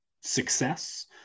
success